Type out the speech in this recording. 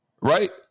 Right